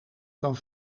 dan